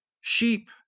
sheep